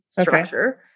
structure